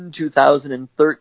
2013